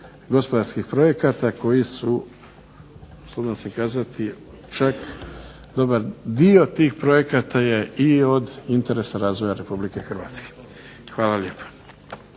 gospodarskih projekata koji su, usuđujem se kazati, čak dobar dio tih projekata je i od interesa razvoja RH. Hvala lijepa.